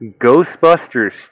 Ghostbusters